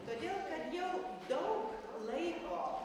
todėl kad jau daug laiko